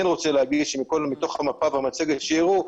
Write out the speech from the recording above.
רוצה להגיד שמתוך המפה במצגת שהם הראו,